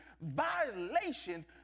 violation